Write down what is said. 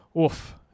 oof